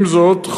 עם זאת,